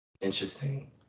Interesting